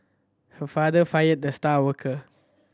her father fired the star worker